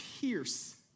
pierce